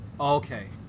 Okay